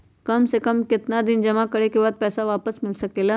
काम से कम केतना दिन जमा करें बे बाद पैसा वापस मिल सकेला?